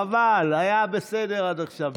חבל, היה בסדר עד עכשיו.